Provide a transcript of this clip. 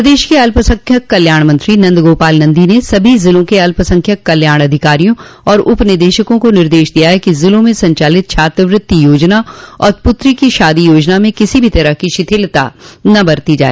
प्रदेश के अल्पसंख्यक कल्याण मंत्री नन्द गोपाल नंदी ने सभी ज़िलों के अल्पसंख्यक कल्याण अधिकारियों और उप निदेशकों को निर्देश दिया है कि ज़िलों में संचालित छात्रवृति योजना और पुत्री की शादी योजना में किसी भी तरह की शिथिलता न बरती जाय